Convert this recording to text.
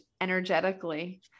energetically